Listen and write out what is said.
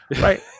Right